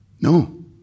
No